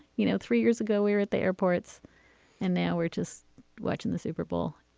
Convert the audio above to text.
you know, three years ago we were at the airports and now we're just watching the super bowl